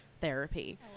therapy